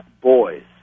boys